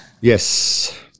yes